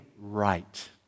right